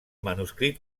manuscrit